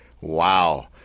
Wow